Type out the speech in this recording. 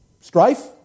Strife